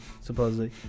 supposedly